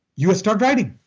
you start writing.